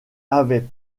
avaient